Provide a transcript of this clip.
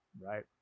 Right